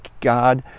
God